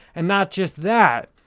and not just that,